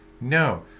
No